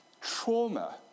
trauma